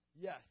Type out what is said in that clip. Yes